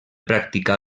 practicà